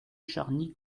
charny